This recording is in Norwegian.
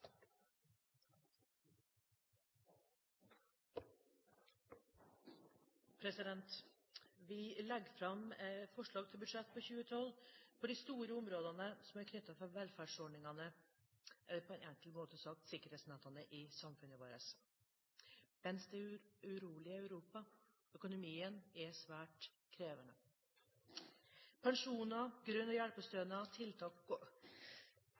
Vi legger fram forslag til budsjett for 2012 på de store områdene som er knyttet til velferdsordningene, eller, på en enkel måte sagt, sikkerhetsnettene i samfunnet vårt, mens det er urolig i Europa – økonomien er svært krevende. Pensjoner, grunnstønad og hjelpestønad, tiltak